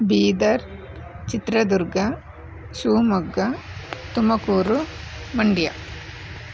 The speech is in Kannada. ಬೀದರ್ ಚಿತ್ರದುರ್ಗ ಶಿವಮೊಗ್ಗ ತುಮಕೂರು ಮಂಡ್ಯ